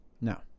No